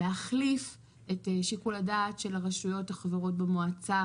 להחליף את שיקול הדעת של הרשויות החברות במועצה